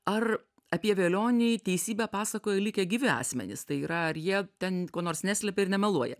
ar apie velionį teisybę pasakojo likę gyvi asmenys tai yra ar jie ten ko nors neslepia ir nemeluoja